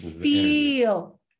feel